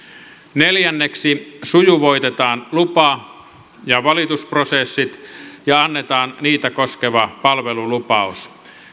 neljänneksi sujuvoitetaan lupa ja valitusprosessit ja annetaan niitä koskeva palvelulupaus